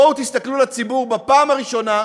בואו תסתכלו לציבור בפעם הראשונה,